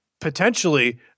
potentially